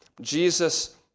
Jesus